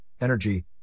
energy